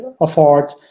afford